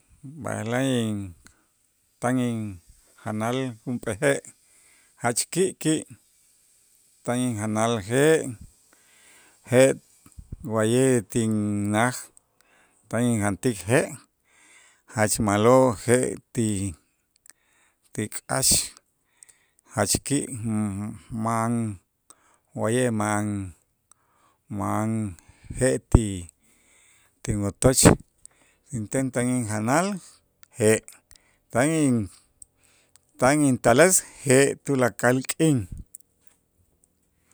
b'aje'laj in tan injanal junp'ee je' jach ki' ki' tan injanal je' je' wa'ye' tinnaj tan injantik je' jach ma'lo' je' ti kax, jach ki' mm- ma'an wa'ye' ma'an ma'an je' ti- tinwotoch inten tan injanal je' tan in tan intales je' tulakal k'in.